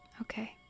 Okay